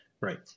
Right